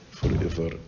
Forever